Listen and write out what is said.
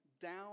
down